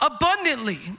abundantly